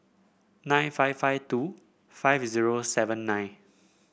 nine five five two five zero seven nine